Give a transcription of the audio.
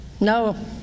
no